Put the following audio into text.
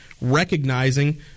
recognizing